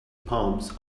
palms